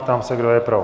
Ptám se, kdo je pro.